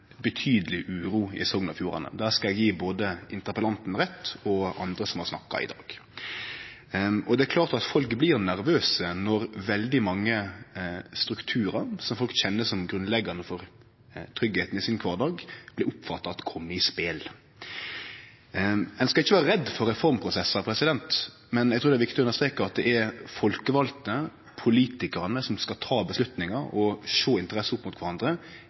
betydeleg uro i Sogn og Fjordane. Der skal eg gje både interpellanten og andre som har snakka i dag, rett. Det er klart at folk blir nervøse når veldig mange strukturar som folk kjenner som grunnleggjande for tryggleiken i sin kvardag, blir oppfatta som at dei blir sette på spel. Ein skal ikkje vere redd for reformprosessar, men eg trur det er viktig å understreke at det er dei folkevalde, politikarane, som skal ta avgjerdene og sjå interesser opp mot kvarandre,